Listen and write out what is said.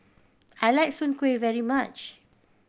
I like Soon Kueh very much